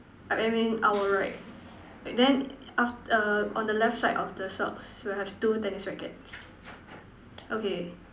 I mean our right and then af~ err on the left side of the socks we have two tennis rackets okay